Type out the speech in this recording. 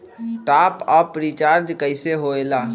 Top up recharge कइसे होएला?